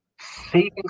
Saving